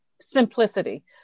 Simplicity